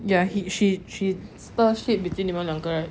ya she she stir shit between 你们两个 right